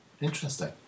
Interesting